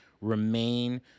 Remain